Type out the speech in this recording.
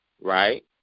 right